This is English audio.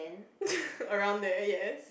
around there yes